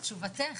בבקשה.